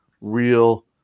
real